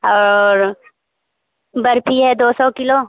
और बर्फी है दो सौ किलो